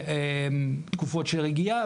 ותקופות של רגיעה,